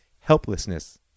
helplessness